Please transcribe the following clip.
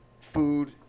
food